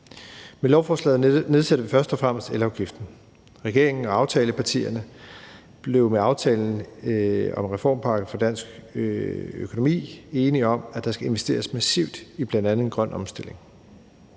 Med lovforslaget nedsætter vi først og fremmest elafgiften. Regeringen og aftalepartierne blev med aftalen om en reformpakke for dansk økonomi enige om, at der skal investeres massivt i bl.a. en grøn omstilling.